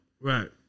Right